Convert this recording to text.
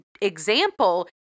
example